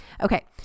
Okay